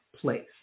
place